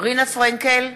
רינה פרנקל,